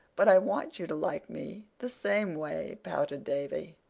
but i want you to like me the same way, pouted davy.